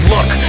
Look